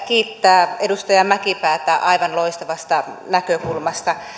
kiittää edustaja mäkipäätä aivan loistavasta näkökulmasta